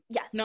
Yes